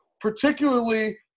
Particularly